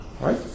right